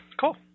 Cool